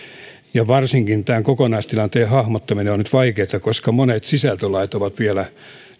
varsinkin kokonaistilanteen hahmottaminen on nyt vaikeata koska monet sisältölait ovat vielä